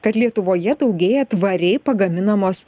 kad lietuvoje daugėja tvariai pagaminamos